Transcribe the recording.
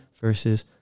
versus